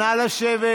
נא לשבת.